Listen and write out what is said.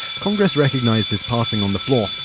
congress recognized his passing on the floor.